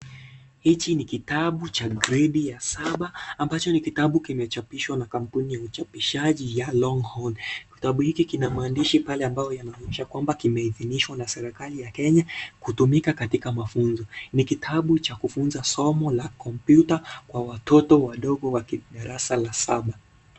Hichi ni kitabu cha grade ya saba ambacho ni kitabu kimechapishwa na kampuni ya uchapishaji ya Longhorn. Kitabu hiki kina maandishi pale ambayo yanaonyesha kwamba kimeidhinishwa na serikali ya Kenya, kutumika katika mafunzo. Ni kitabu cha kufunza somo la kompyuta kwa watoto wadogo wa darasa la saba.